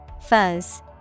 Fuzz